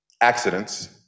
accidents